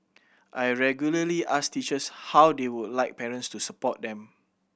I regularly ask teachers how they would like parents to support them